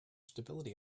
stability